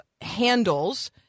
handles